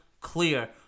clear